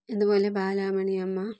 ഇതുപോലെ ബാലാമണിയമ്മ